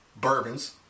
Bourbons